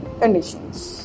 conditions